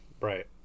Right